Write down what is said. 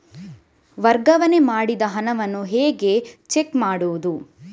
ವರ್ಗಾವಣೆ ಮಾಡಿದ ಹಣವನ್ನು ಹೇಗೆ ಚೆಕ್ ಮಾಡುವುದು?